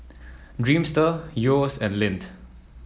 Dreamster Yeo's and Lindt